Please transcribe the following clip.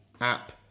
app